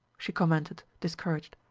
she commented, discouraged.